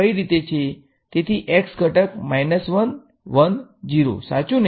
તેથી x ઘટક છે 1 1 0 સાચુને